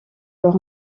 leur